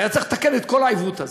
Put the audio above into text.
היה צריך לתקן את כל העיוות הזה.